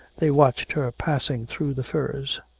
they watched her passing through the furze.